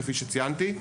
כפי שציינתי,